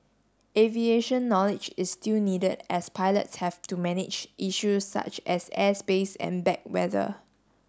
aviation knowledge is still needed as pilots have to manage issues such as airspace and bad weather